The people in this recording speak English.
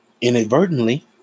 Inadvertently